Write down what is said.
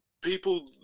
people